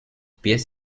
pies